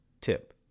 tip